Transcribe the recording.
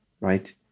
right